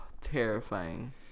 Terrifying